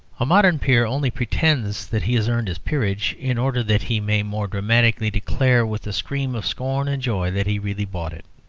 a modern peer only pretends that he has earned his peerage in order that he may more dramatically declare, with a scream of scorn and joy, that he really bought it.